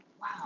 wow